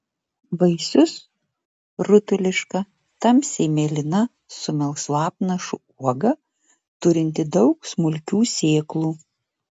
vaisius rutuliška tamsiai mėlyna su melsvu apnašu uoga turinti daug smulkių sėklų